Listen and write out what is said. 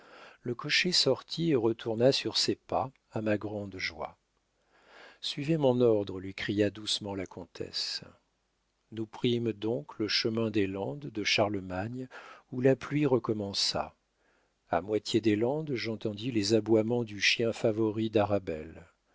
le cocher sortit et retourna sur ses pas à ma grande joie suivez mon ordre lui cria doucement la comtesse nous prîmes donc le chemin des landes de charlemagne où la pluie recommença a moitié des landes j'entendis les aboiements du chien favori d'arabelle